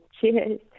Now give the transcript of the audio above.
Cheers